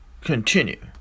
continue